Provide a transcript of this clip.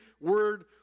word